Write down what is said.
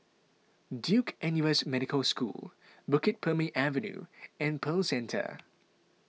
Duke N U S Medical School Bukit Purmei Avenue and Pearl Centre